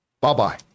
bye-bye